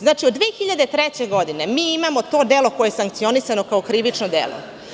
Znači od 2003. godine mi imamo to delo koje je sankcionisano kao krivično delo.